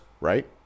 Right